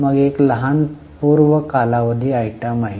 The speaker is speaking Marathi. मग एक लहान पूर्व कालावधी आयटम आहे